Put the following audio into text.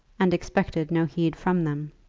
and expected no heed from them.